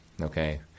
okay